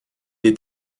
est